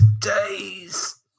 days